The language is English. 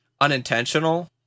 unintentional